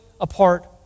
apart